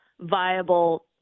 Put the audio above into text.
viable